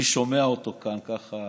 אני שומע אותו כאן, ככה,